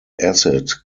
acid